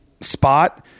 spot